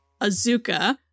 Azuka